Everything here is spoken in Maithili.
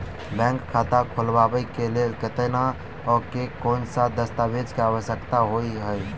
बैंक खाता खोलबाबै केँ लेल केतना आ केँ कुन सा दस्तावेज केँ आवश्यकता होइ है?